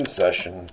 session